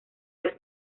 del